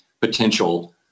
potential